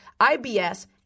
IBS